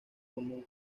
común